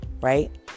right